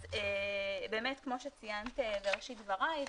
באמת כמו שציינת בראשית דברייך,